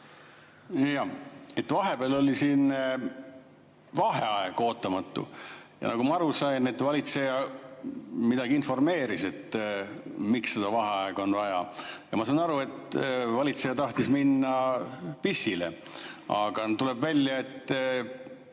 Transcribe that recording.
Jah. Vahepeal oli siin vaheaeg, ootamatu, ja nagu ma aru sain, et valitseja midagi informeeris, miks seda vaheaega on vaja. Ma sain aru, et valitseja tahtis minna pissile, aga tuleb välja, et